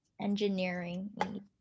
Engineering